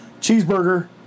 Cheeseburger